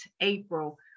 April